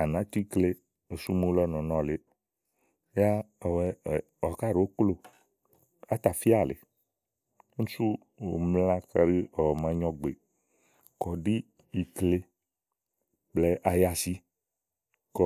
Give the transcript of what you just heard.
à nàá tu íkle osumu lɔ nɔ̀nɔ lèeè, yáá ɔwɛ, ɔwɔ ká ɖòó kloò átafíà lèe úni sú ù mla kayi ɔ̀wɔ̀ màa nyo ɔ̀gbè kɔ ɖi ikle blɛ̀ɛ ayasi kɔ.